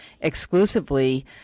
exclusively